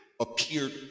appeared